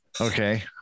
Okay